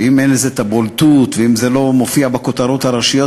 שאם אין לזה את הבולטות ואם זה לא מופיע בכותרות הראשיות,